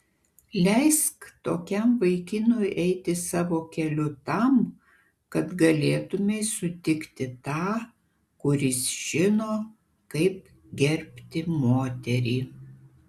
leisk tokiam vaikinui eiti savo keliu tam kad galėtumei sutikti tą kuris žino kaip gerbti moterį